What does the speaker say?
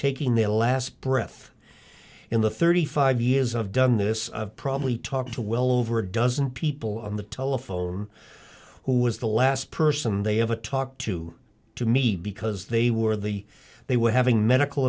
taking their last breath in the thirty five years i've done this probably talk to well over a dozen people on the telephone who was the last person they have a talk to to me because they were the they were having medical